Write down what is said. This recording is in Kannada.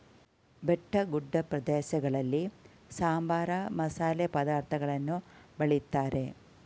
ಬೆಟ್ಟಗುಡ್ಡ ಪ್ರದೇಶಗಳಲ್ಲಿ ಸಾಂಬಾರ, ಮಸಾಲೆ ಪದಾರ್ಥಗಳನ್ನು ಬೆಳಿತಾರೆ